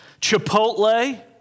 Chipotle